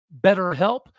BetterHelp